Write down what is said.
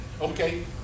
Okay